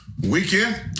weekend